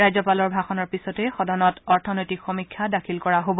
ৰাজ্যপালৰ ভাষণৰ পিছতেই সদনত অৰ্থনৈতিক সমীক্ষা দাখিল কৰা হ'ব